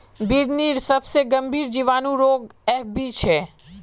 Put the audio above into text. बिर्निर सबसे गंभीर जीवाणु रोग एफ.बी छे